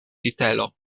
sitelo